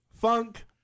funk